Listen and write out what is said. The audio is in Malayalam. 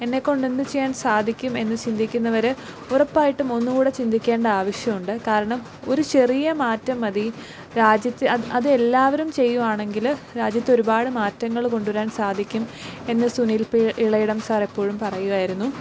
എന്നെക്കൊണ്ടെന്ത് ചെയ്യാൻ സാധിക്കും എന്ന് ചിന്തിക്കുന്നവർ ഉറപ്പായിട്ടും ഒന്നുകൂടെ ചിന്തിക്കേണ്ട ആവശ്യമുണ്ട് കാരണം ഒരു ചെറിയ മാറ്റം മതി രാജ്യത്ത് അത് അതെല്ലാവരും ചെയ്യുകയാണെങ്കിൽ രാജ്യത്തൊരുപാട് മാറ്റങ്ങൾ കൊണ്ടുവരാൻ സാധിക്കും എന്ന് സുനിൽ പി ഇളയിടം സാറ് എപ്പോഴും പറയുമായിരുന്നു